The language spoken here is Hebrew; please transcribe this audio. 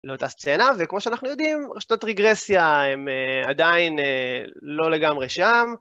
לאותה סצנה, וכמו שאנחנו יודעים, רשתות ריגרסיה הן עדיין לא לגמרי שם.